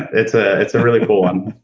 it's ah it's a really cool one.